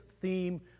theme